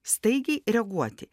staigiai reaguoti